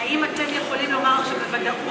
האם אתם יכולים לומר עכשיו בוודאות